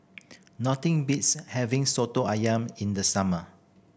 nothing beats having Soto Ayam in the summer